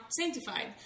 sanctified